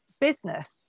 business